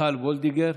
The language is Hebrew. מיכל וולדיגר,